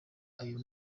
ayo